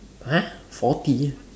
!huh! forty